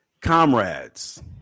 comrades